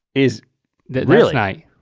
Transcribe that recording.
is that really night?